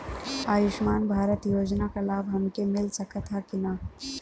आयुष्मान भारत योजना क लाभ हमके मिल सकत ह कि ना?